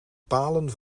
palen